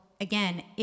again